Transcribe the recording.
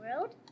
world